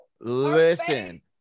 listen